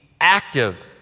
active